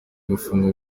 gufungwa